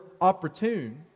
opportune